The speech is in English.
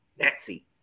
Nazi